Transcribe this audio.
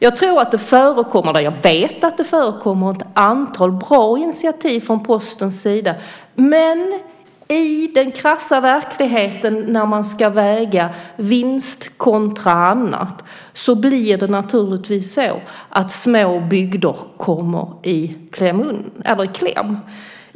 Jag tror att det förekommer, eller jag vet att det förekommer, ett antal bra initiativ från Postens sida. Men i den krassa verkligheten när man ska väga vinst kontra annat blir det naturligtvis så att små bygder kommer i kläm.